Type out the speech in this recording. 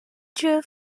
due